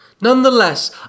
Nonetheless